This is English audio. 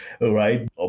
right